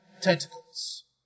tentacles